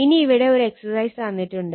ഇനി ഇവിടെ ഒരു എക്സസൈസ് തന്നിട്ടുണ്ട്